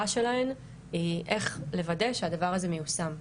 שלהן היא איך לוודא שהדבר הזה מיושם.